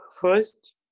First